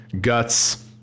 guts